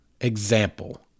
example